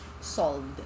solved